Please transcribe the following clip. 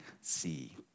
see